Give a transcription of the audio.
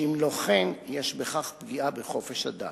שאם לא כן יש בכך פגיעה בחופש הדת.